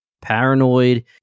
paranoid